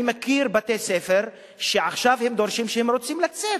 אני מכיר בתי-ספר שעכשיו דורשים, הם רוצים לצאת.